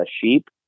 sheep